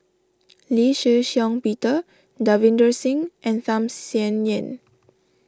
Lee Shih Shiong Peter Davinder Singh and Tham Sien Yen